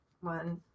one